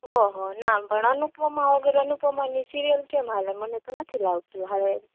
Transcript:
ઓહો ના પણ અનુપમા વગર અનુપમાની સિરિયલ કેમ હાલે મને તો નથી લાગતું હાલે એમ